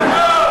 זה לא,